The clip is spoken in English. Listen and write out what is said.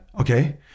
okay